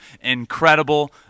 incredible